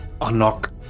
Unlock